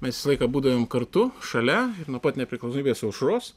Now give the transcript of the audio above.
mes visą laiką būdavom kartu šalia nuo pat nepriklausomybės aušros